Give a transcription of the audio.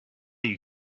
you